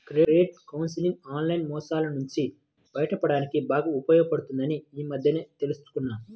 credit counselling online మోసాల నుంచి బయటపడడానికి బాగా ఉపయోగపడుతుందని ఈ మధ్యనే తెల్సుకున్నా